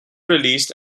released